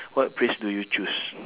what phrase do you choose